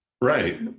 Right